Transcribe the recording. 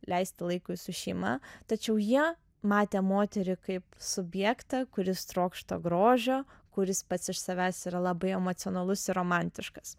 leisti laikui su šeima tačiau jie matė moterį kaip subjektą kuris trokšta grožio kuris pats iš savęs yra labai emocionalus ir romantiškas